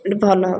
ଏଇଟା ଭଲ ହେବ